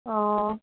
অঁ